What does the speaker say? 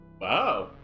Wow